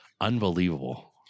Unbelievable